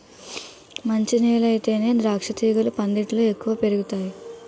మంచి నేలయితేనే ద్రాక్షతీగలు పందిట్లో ఎక్కువ పెరుగతాయ్